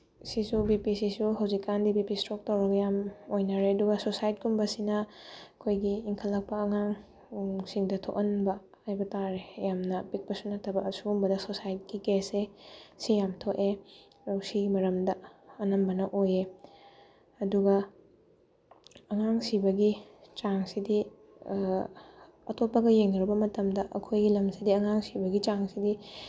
ꯁꯤꯁꯨ ꯕꯤ ꯄꯤꯁꯤꯁꯨ ꯍꯧꯖꯤꯛꯀꯥꯟꯗꯤ ꯕꯤ ꯄꯤ ꯏꯁꯇ꯭ꯔꯣꯛ ꯇꯧꯔꯒ ꯌꯥꯝ ꯑꯣꯏꯅꯔꯦ ꯑꯗꯨꯒ ꯁꯨꯁꯥꯏꯠ ꯀꯨꯝꯕꯁꯤꯅ ꯑꯩꯈꯣꯏꯒꯤ ꯏꯟꯈꯠꯂꯛꯄ ꯑꯉꯥꯡꯁꯤꯡꯗ ꯊꯣꯛꯍꯟꯕ ꯍꯥꯏꯕ ꯇꯥꯔꯦ ꯌꯥꯝꯅ ꯄꯤꯛꯄꯁꯨ ꯅꯠꯇꯕ ꯑꯗꯨꯒꯨꯝꯕ ꯁꯨꯁꯥꯏꯠꯀꯤ ꯀꯦꯁꯁꯦ ꯁꯤ ꯌꯥꯝ ꯊꯣꯛꯑꯦ ꯑꯗꯣ ꯁꯤꯒꯤ ꯃꯔꯝꯗ ꯑꯅꯝꯕꯅ ꯑꯣꯏꯌꯦ ꯑꯗꯨꯒ ꯑꯉꯥꯡ ꯁꯤꯕꯒꯤ ꯆꯥꯡꯁꯤꯗꯤ ꯑꯇꯣꯞꯄꯒ ꯌꯦꯡꯅꯔꯨꯕ ꯃꯇꯝꯗ ꯑꯩꯈꯣꯏꯒꯤ ꯂꯝꯁꯤꯗꯤ ꯑꯉꯥꯡ ꯁꯤꯕꯒꯤ ꯆꯥꯡꯁꯤꯗꯤ